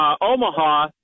Omaha